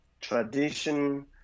tradition